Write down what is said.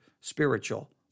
spiritual